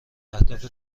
اهداف